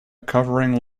covering